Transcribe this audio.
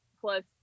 plus